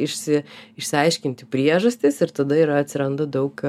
išsi išsiaiškinti priežastis ir tada yra atsiranda daug